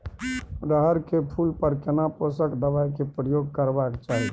रहर के फूल पर केना पोषक दबाय के प्रयोग करबाक चाही?